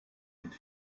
und